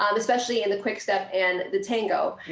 um especially in the quickstep and the tango.